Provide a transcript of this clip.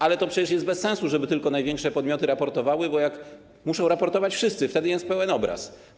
Ale to przecież jest bez sensu, żeby tylko największe podmioty raportowały, bo muszą raportować wszyscy, wtedy jest pełen obraz.